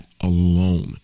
alone